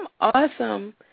awesome